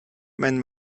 mein